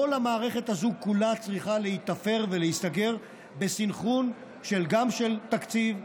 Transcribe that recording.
כל המערכת הזו כולה צריכה להיתפר ולהיסגר בסנכרון גם של תקציב,